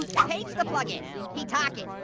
page the plug-in, he talking.